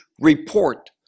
report